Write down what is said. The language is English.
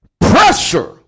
Pressure